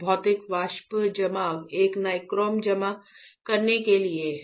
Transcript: भौतिक वाष्प जमाव यह नाइक्रोम जमा करने के लिए है